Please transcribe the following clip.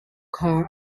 kha